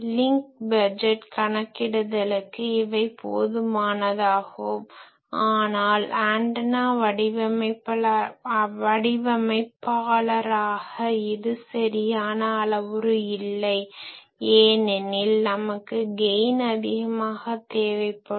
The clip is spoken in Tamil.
லிங்க் பட்ஜெட் கணக்கிடுதலுக்கு இவை போதுமானதாகும் ஆனால் ஆன்டனா வடிவமைப்பாளராக இது சரியான அளவுரு இல்லை ஏனெனில் நமக்கு கெய்ன் அதிகமாக தேவைப்படும்